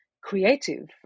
creative